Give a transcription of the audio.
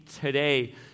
today